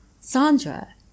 Sandra